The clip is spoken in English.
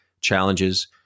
challenges